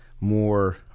more